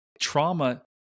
Trauma